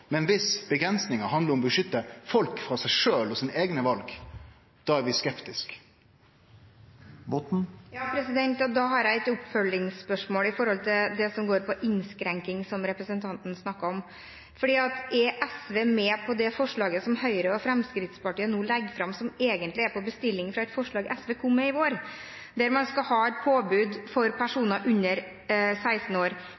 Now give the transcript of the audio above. Men viss avgrensinga handlar om å beskytte folk mot seg sjølv og sine eigne val – da er vi skeptiske. Da har jeg et oppfølgingsspørsmål når det gjelder det som går på innskrenking, som representanten snakker om. For er SV med på det forslaget som Høyre og Fremskrittspartiet nå legger fram – som egentlig er på bestilling fra et forslag SV kom med i vår – der man skal ha et påbud for personer under 16 år,